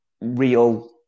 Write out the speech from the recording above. real